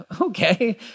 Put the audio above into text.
okay